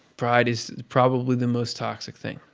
pride is probably the most toxic thing.